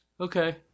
Okay